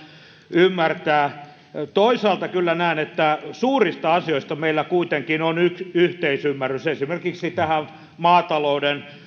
ymmärtää toisaalta kyllä näen että suurista asioista meillä kuitenkin on yhteisymmärrys esimerkiksi maatalouden